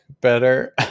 better